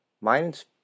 Mine's